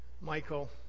Michael